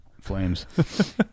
flames